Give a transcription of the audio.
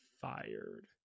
fired